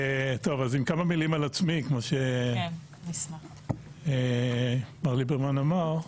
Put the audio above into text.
כמה מילים על עצמי, כמו שמר ליברמן אמר.